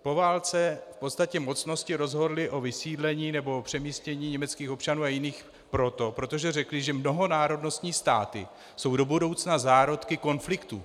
Po válce v podstatě mocnosti rozhodly o vysídlení nebo přemístění německých občanů a jiných proto, protože řekly, že mnohonárodnostní státy jsou do budoucna zárodky konfliktů.